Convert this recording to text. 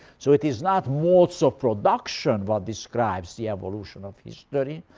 so it is not modes of production what describes the evolution of history,